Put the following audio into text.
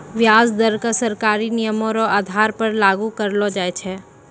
व्याज दर क सरकारी नियमो र आधार पर लागू करलो जाय छै